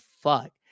fuck